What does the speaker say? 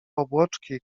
obłoczki